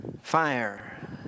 Fire